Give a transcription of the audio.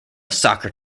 soccer